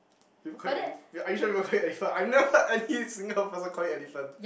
people call you Ally are you sure people call you elephant I never heard any single person call you elephant